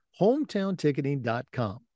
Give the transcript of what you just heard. hometownticketing.com